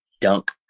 dunk